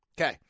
Okay